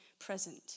present